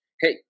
Hey